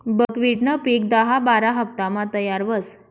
बकव्हिटनं पिक दहा बारा हाफतामा तयार व्हस